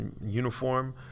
uniform